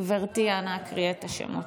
גברתי, אנא קראי את השמות.